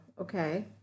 Okay